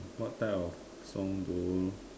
what type of song do you